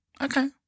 okay